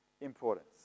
importance